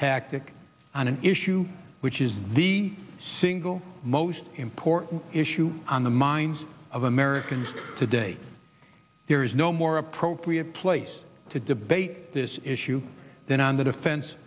tactic on an issue which is the single most important issue on the minds of americans today there is no more appropriate place to debate this issue than on the defen